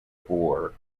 boar